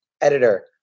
editor